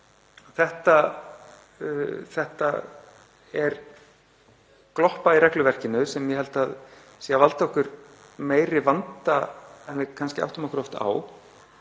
Þetta er gloppa í regluverkinu sem ég held að sé að valda okkur meiri vanda en við kannski áttum okkur oft á.